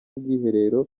ubwiherero